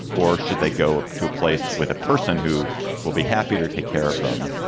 or should they go to a place with a person who will be happy to take care of them,